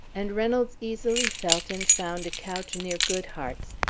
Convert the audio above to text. and reynolds easily felt and found a couch near goodhart's.